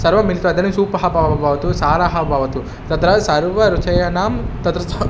सर्वं मिलित्वा इदानीं सूपः भवतु सारः भवतु तत्र सर्व रुचयाणां तत्र